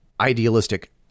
idealistic